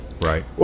Right